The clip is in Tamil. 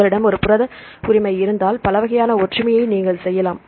உங்களிடம் ஒரு புரத உரிமை இருந்தால் பல வகையான ஒற்றுமையை நீங்கள் செய்யலாம்